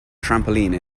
trampoline